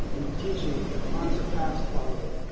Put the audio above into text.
and teaching of unsurpassed quality